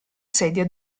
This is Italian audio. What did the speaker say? sedia